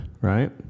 right